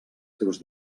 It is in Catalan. seus